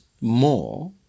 more